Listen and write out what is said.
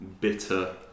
bitter